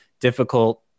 difficult